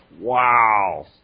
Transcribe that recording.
Wow